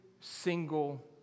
single